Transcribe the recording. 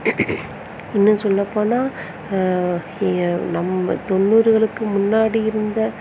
இன்னும் சொல்லப் போனால் நம்ம தொண்ணூறுகளுக்கு முன்னாடி இருந்த